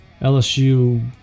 LSU